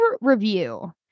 review